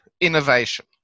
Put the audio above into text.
innovation